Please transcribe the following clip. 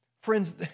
Friends